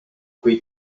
kui